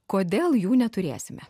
kodėl jų neturėsime